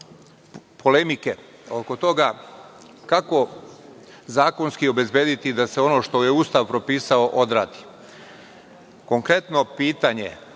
polemike oko toga kako zakonski obezbediti da ono što je Ustav propisao odradi. Konkretno pitanje